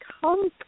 come